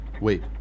Wait